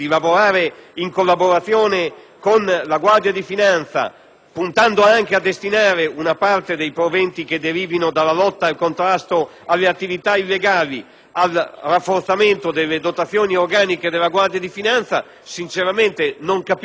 puntando anche a destinare una quota dei proventi derivanti dal contrasto a tali attività illegali al rafforzamento delle dotazioni organiche della Guardia di finanza. Sinceramente, non capisco come queste richieste non possano essere accolte. Una raccomandazione,